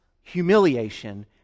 humiliation